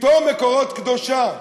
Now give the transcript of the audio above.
פתאום "מקורות" קדושה.